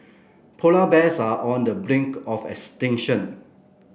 polar bears are on the brink of extinction